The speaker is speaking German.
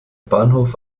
bahnhof